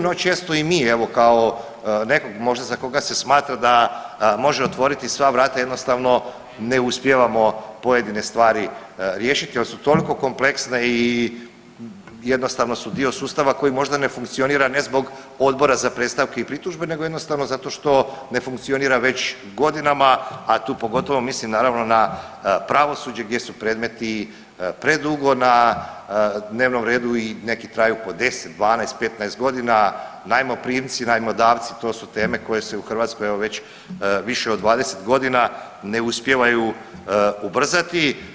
No često i mi evo kao nekog možda za koga se smatra da može otvoriti sva vrata jednostavno ne uspijevamo pojedine stvari riješiti jel su toliko kompleksne i jednostavno su dio sustava koji možda ne funkcionira ne zbog Odbora za predstavke i pritužbe nego jednostavno zato što ne funkcionira već godinama, a tu pogotovo mislim naravno na pravosuđe gdje su predmeti predugo na dnevnom redu i neki traju po 10, 12, 15 godina najmoprimci, najmodavci to su teme koje se u Hrvatskoj evo već više od 20 godina ne uspijevaju ubrzati.